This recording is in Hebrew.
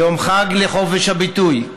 יום חג לחופש הביטוי.